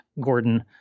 Gordon